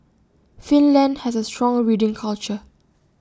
Finland has A strong reading culture